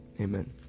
Amen